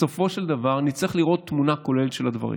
בסופו של דבר נצטרך לראות תמונה כוללת של הדברים.